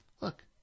Look